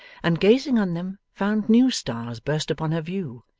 and, gazing on them, found new stars burst upon her view,